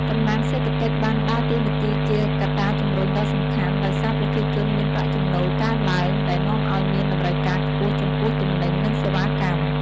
កំណើនសេដ្ឋកិច្ចបានដើរតួនាទីជាកត្តាជំរុញដ៏សំខាន់ ដោយសារប្រជាជនមានប្រាក់ចំណូលកើនឡើង ដែលនាំឲ្យមានតម្រូវការខ្ពស់ចំពោះទំនិញ និងសេវាកម្ម។